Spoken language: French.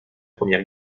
première